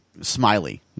smiley